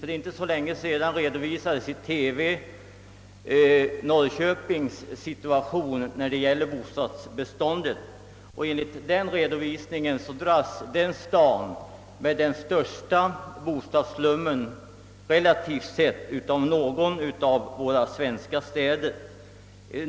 För inte så länge sedan redovisades i TV Norrköpings situation med avseende på bostadsbeståndet, och enligt den redovisningen dras denna stad med den största bostadsslummen i våra städer, relativt sett.